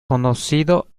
conocido